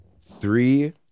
three